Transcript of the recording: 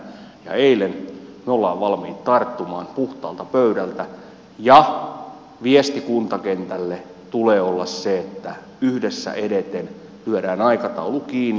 me olemme valmiit tarttumaan puhtaalta pöydältä ja viestin kuntakentälle tulee olla se että yhdessä edeten lyödään aikataulu kiinni